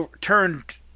turned